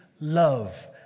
love